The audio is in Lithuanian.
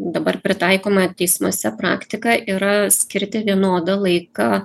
dabar pritaikoma teismuose praktika yra skirti vienodą laiką